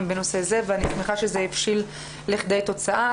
בנושא זה ואני שמחה שזה הבשיל לכדי תוצאה,